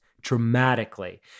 dramatically